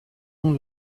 not